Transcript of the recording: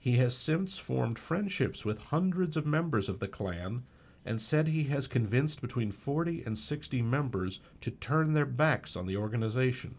he has since formed friendships with hundreds of members of the klan and said he has convinced between forty and sixty members to turn their backs on the organization